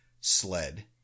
sled